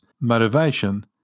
motivation